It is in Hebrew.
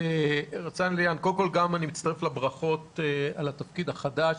גם אני מצטרף לברכות על התפקיד החדש.